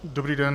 Dobrý den.